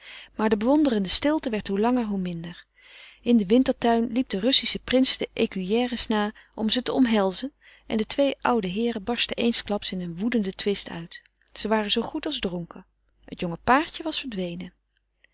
maar de bewonderende stilte werd hoe langer hoe minder in den wintertuin liep de russische prins de écuyères na om ze te omhelzen en de twee oude heeren barstten eensklaps in een woedenden twist uit ze waren zoo goed als dronken het jonge paartje was verdwenen